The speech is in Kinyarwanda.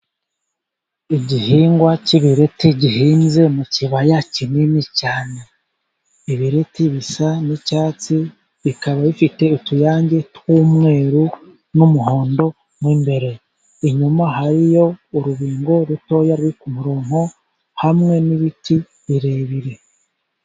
Igihingwa cy'ibireti gihinze mu kibaya kinini cyane . Ibireti bisa n'icyatsi bikaba bifite utuyange tw'umweru n'umuhondo mo imbere . Inyuma hariyo urubingo rutoya ruri ku murongo, hamwe n'ibiti birebire.